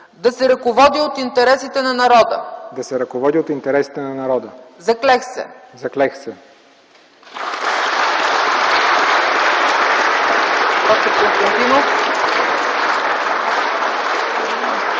да се ръководя от интересите на народа. Заклех се!”